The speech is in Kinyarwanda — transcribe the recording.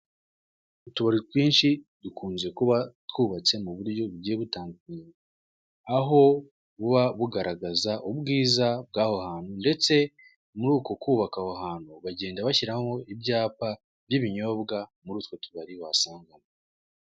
Utubari twinshi dukunze kuba twubatse mu buryo bugiye butandukanye. Aho buba bugaragaza ubwiza bw'aho hantu ndetse muri uko kubaka aho hantu bagenda bashyiramo ibyapa by'ibinyobwa muri utwo tubari wasangamo.